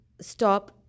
stop